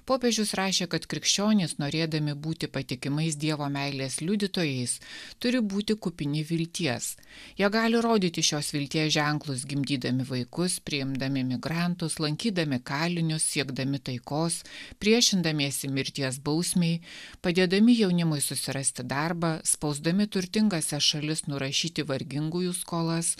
popiežius rašė kad krikščionys norėdami būti patikimais dievo meilės liudytojais turi būti kupini vilties jie gali rodyti šios vilties ženklus gimdydami vaikus priimdami migrantus lankydami kalinius siekdami taikos priešindamiesi mirties bausmei padėdami jaunimui susirasti darbą spausdami turtingąsias šalis nurašyti vargingųjų skolas